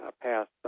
passed